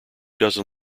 dozen